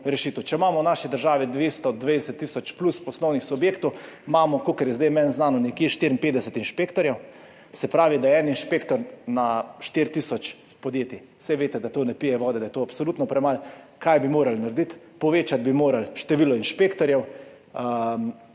rešitev? Če imamo v naši državi 220.000 plus poslovnih subjektov, imamo, kolikor je zdaj meni znano, nekje 54 inšpektorjev, se pravi, da je en inšpektor na 4.000 podjetij. Saj veste, da to ne pije vode, da je to absolutno premalo. Kaj bi morali narediti? Povečati bi morali število inšpektorjev,